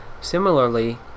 Similarly